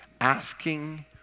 asking